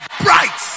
bright